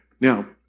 Now